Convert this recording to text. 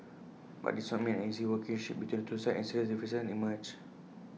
but this did not mean an easy working ship between the two sides and serious differences emerged